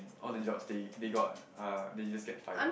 all the jobs they they got uh they just get fired